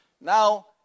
Now